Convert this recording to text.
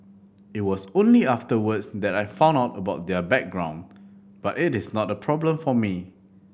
it was only afterwards that I found out about their background but it is not a problem for me